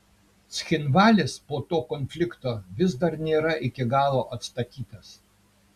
cchinvalis po to konflikto vis dar nėra iki galo atstatytas